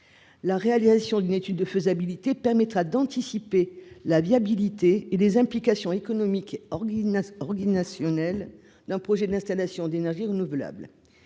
la réalisation d'une étude de faisabilité permettra d'anticiper la viabilité et les implications économiques org a organisationnel d'un projet d'installation d'énergies renouvelables,